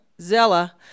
Zella